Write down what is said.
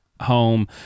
home